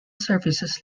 services